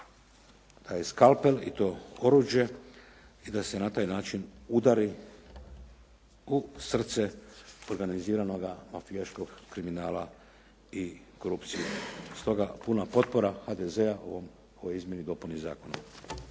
taj skalpel i to oruđe i da se na taj način udari u srce organiziranog mafijaškog kriminala i korupcije. Stoga puna potpora HDZ-a ovoj izmjeni i dopuni zakona.